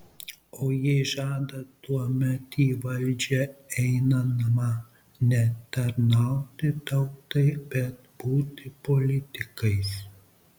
o jei žada tuomet į valdžią einama ne tarnauti tautai bet būti politikais